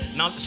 Now